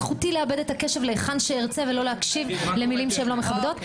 זכותי לאבד את הקשב להיכן שארצה ולא להקשיב למילים שאינן מכבדות.